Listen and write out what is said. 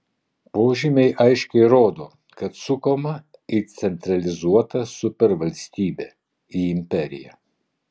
požymiai aiškiai rodo kad sukama į centralizuotą supervalstybę į imperiją